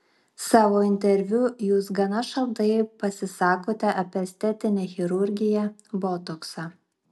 savo interviu jūs gana šaltai pasisakote apie estetinę chirurgiją botoksą